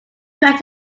cried